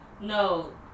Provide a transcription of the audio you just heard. No